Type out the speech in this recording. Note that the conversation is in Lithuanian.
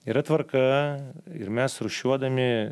yra tvarka ir mes rūšiuodami